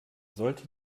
sollte